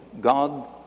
God